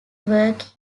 work